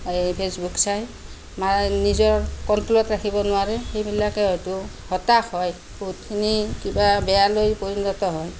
এই ফেচবুক চাই মা নিজৰ কন্ট্ৰ'লত ৰাখিব নোৱাৰে সেইবিলাকে হয়তো হতাশ হয় বহুতখিনি কিবা বেয়ালৈ পৰিণত হয়